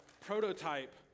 prototype